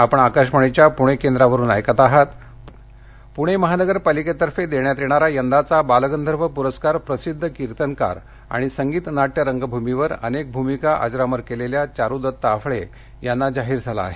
पूणे महानगरपालिकेतफें देण्यात येणारा यंदाचा बालगंधव पुरस्कार प्रसिद्ध किर्तनकार आणि संगीत नाट्य रंगभूमीवर अनेक भूमिका अजरामर केलेल्या चारुदत्त आफळे यांना जाहीर झाला आहे